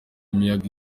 imiyaga